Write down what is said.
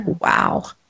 wow